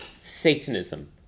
Satanism